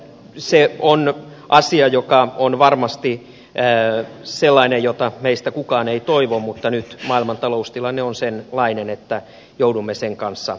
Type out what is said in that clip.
se on asia joka on varmasti sellainen jota meistä kukaan ei toivo mutta nyt maailman taloustilanne on sellainen että joudumme sen kanssa elämään